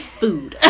food